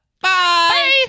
Bye